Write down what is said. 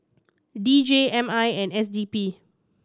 D J M I and S D P